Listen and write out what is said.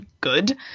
good